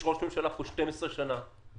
יש ראש ממשלה פה כבר 12 שנים ברצף,